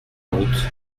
route